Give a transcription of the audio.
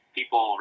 people